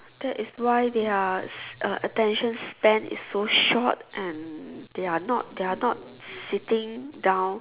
that is why their uh attention span is so short and they are not they are not sitting down